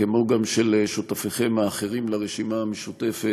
כמו גם של חבריכם האחרים לרשימה המשותפת,